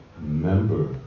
member